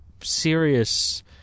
serious